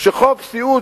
שחוק סיעוד,